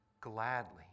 gladly